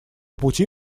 пути